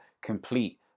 complete